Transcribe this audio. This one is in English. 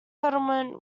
settlements